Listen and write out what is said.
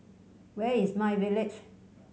where is myVillage